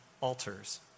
altars